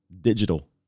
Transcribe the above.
digital